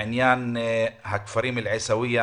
בעניין הכפרים אל-עיסאוויה